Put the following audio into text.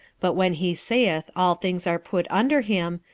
but when he saith all things are put under him,